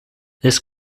this